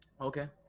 okay